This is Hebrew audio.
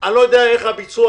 אני לא יודע איך יהיה הביצוע,